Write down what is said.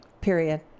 Period